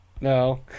no